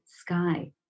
sky